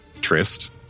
Trist